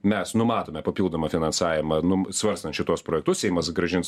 mes numatome papildomą finansavimą num svarstant šituos projektus seimas grąžins